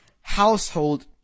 household